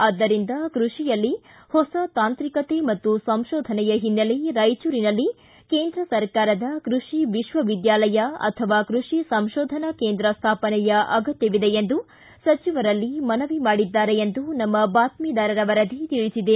ಆದ್ದರಿಂದ ಕೃಷಿಯಲ್ಲಿ ಹೊಸ ತಾಂತ್ರಿಕತೆ ಮತ್ತು ಸಂಶೋಧನೆಯ ಹಿನ್ನೆಲೆ ರಾಯಚೂರಿನಲ್ಲಿ ಕೇಂದ್ರ ಸರಕಾರದ ಕೃಷಿ ವಿಶ್ವ ವಿದ್ಯಾಲಯ ಅಥವಾ ಕೃಷಿ ಸಂಶೋಧನಾ ಕೇಂದ್ರ ಸ್ಥಾಪನೆಯ ಅಗತ್ಯವಿದೆ ಎಂದು ಸಚಿವರಲ್ಲಿ ಮನವಿ ಮಾಡಿದ್ದಾರೆ ಎಂದು ನಮ್ಮ ಬಾತ್ಮಿದಾರರ ವರದಿ ತಿಳಿಸಿದೆ